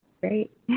Great